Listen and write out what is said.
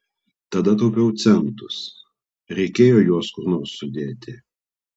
tada taupiau centus reikėjo juos kur nors sudėti